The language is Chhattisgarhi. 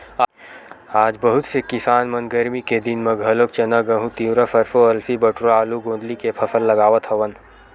आज बहुत से किसान मन गरमी के दिन म घलोक चना, गहूँ, तिंवरा, सरसो, अलसी, बटुरा, आलू, गोंदली के फसल लगावत हवन